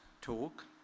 talk